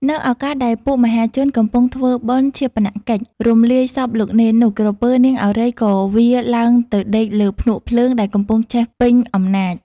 នៅឱកាសដែលពួកមហាជន កំពុងធ្វើបុណ្យឈាបនកិច្ចរំលាយសពលោកនេននោះ, ក្រពើ នាងឱរ៉ៃ ក៏វារ ឡើងទៅដេកលើភ្នក់ភ្លើងដែលកំពុងឆេះពេញអំណាច ។